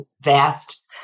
vast